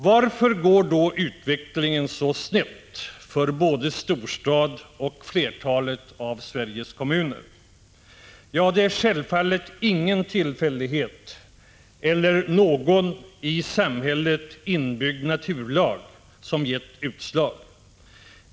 Varför går då utvecklingen så snett för både storstad och flertalet av Sveriges kommuner? Ja, det är självfallet ingen tillfällighet eller någon i samhället inbyggd naturlag som gett utslag.